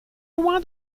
loin